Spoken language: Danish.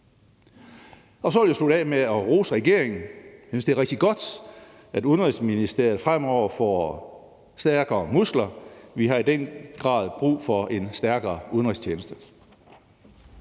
Så vil jeg slutte af med at rose regeringen. Jeg synes, det er rigtig godt, at Udenrigsministeriet fremover får stærkere muskler, for vi har i den grad brug for en stærkere udenrigstjeneste.